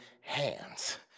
hands